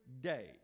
day